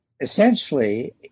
essentially